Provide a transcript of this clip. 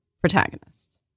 protagonist